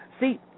See